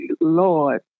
Lord